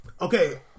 Okay